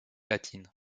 latine